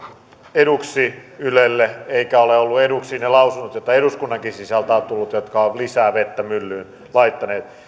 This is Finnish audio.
eduksi ylelle eivätkä ole olleet eduksi ne lausunnot joita eduskunnankin sisältä on tullut jotka ovat lisää vettä myllyyn laittaneet